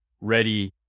ready